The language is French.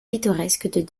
pittoresque